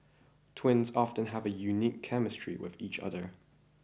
twins often have a unique chemistry with each other